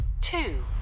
two